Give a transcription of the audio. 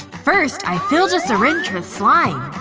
first, i filled a syringe with slime.